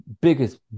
biggest